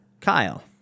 Kyle